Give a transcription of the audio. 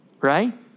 Right